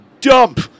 dump